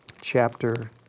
chapter